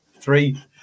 three